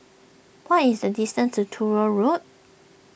what is the distance to Truro Road